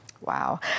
Wow